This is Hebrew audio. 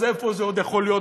אז איפה זה עוד יכול להיות?